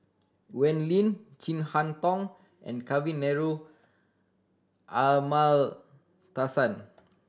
Wee Lin Chin Harn Tong and Kavignareru Amallathasan